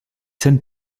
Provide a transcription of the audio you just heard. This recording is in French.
scènes